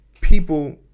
people